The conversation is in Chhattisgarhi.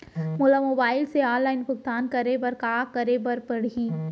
मोला मोबाइल से ऑनलाइन भुगतान करे बर का करे बर पड़ही?